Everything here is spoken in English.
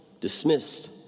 dismissed